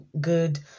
good